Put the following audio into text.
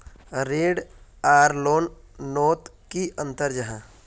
ऋण आर लोन नोत की अंतर जाहा?